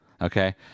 Okay